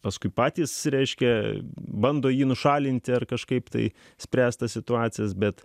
paskui patys reiškia bando jį nušalinti ar kažkaip tai spręstas situacijas bet